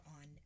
on